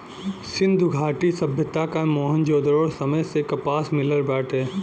सिंधु घाटी सभ्यता क मोहन जोदड़ो समय से कपास मिलल बाटे